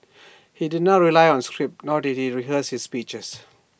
he did not rely on A script nor did he rehearse his speeches